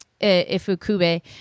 Ifukube